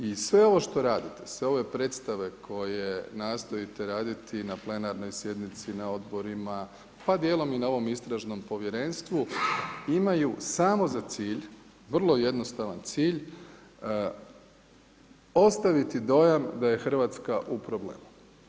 I sve ovo što radite, sve ove predstave koje nastojite raditi na plenarnoj sjednici, na odborima, pa dijelom i na ovom Istražnom povjerenstvu imaju samo za cilj, vrlo jednostavan cilj ostaviti dojam da je Hrvatska u problemu.